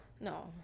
No